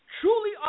truly